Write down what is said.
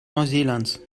neuseelands